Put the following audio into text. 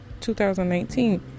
2019